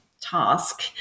task